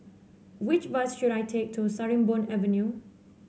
which bus should I take to Sarimbun Avenue